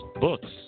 books